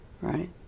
right